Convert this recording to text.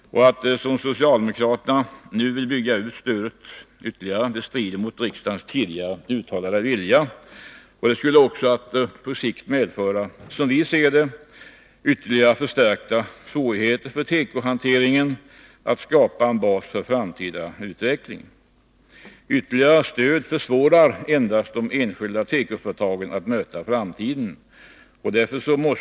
Att, som socialdemokraterna nu vill, ytterligare bygga ut stödet strider mot riksdagens tidigare uttalade vilja och skulle också på sikt, som vi ser det, komma att innebära förstärkta svårigheter för tekoindustrin att skapa en bas för framtida utveckling. Ytterligare stöd endast försvårar för de enskilda tekoföretagen att möta framtiden.